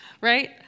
Right